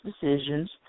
decisions